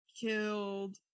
killed